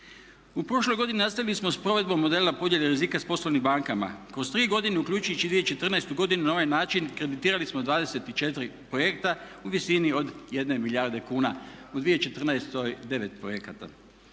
U prošloj godini nastavili smo s provedbom modela podjele rizika s poslovnim bankama. Kroz tri godine uključujući i 2014. godinu na ovaj način kreditirali smo 24 projekta u visini od 1 milijarde kuna u 2014. 9 projekata.